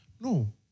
No